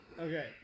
Okay